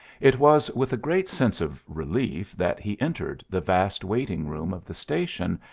it was with a great sense of relief that he entered the vast waiting room of the station,